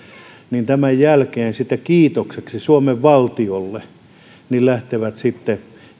lähtevät tämän jälkeen kiitokseksi suomen valtiolle sitten